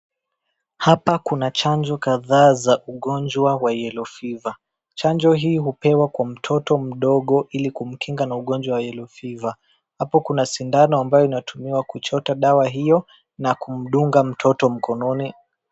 Hapa kuna chanjo kadhaa za ugonjwa wa yellow fever chanjo hii hupewa kwa mtoto mdogo ili kumkinga na ugonjwa wa yellow fever hapa kuna sindano ambayo inatumika kuchota dawa hiyo na kumdunga mtoto mkononi.